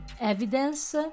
evidence